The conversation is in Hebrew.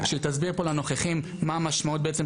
שהיא תסביר פה לנוכחים מה המשמעות בצם